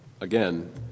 again